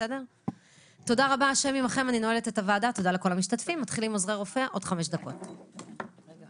תודה רבה לכל המשתתפים, הישיבה נעולה.